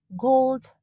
gold